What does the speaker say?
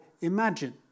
imagine